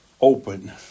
open